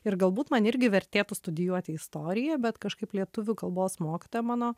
ir galbūt man irgi vertėtų studijuoti istoriją bet kažkaip lietuvių kalbos mokytoja mano